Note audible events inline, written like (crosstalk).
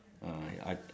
(coughs)